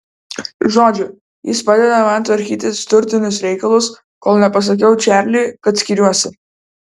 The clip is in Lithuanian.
žodžiu jis padeda man tvarkytis turtinius reikalus kol nepasakiau čarliui kad skiriuosi